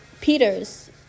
Peters